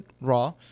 raw